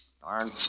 Darn